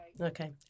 Okay